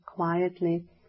Quietly